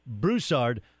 Broussard